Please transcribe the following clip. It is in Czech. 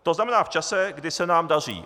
To znamená v čase, kdy se nám daří.